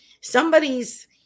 Somebody's